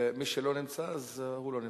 מי שלא נמצא, אז הוא לא נמצא.